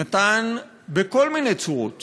נתן בכל מיני צורות